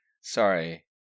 Sorry